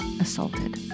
assaulted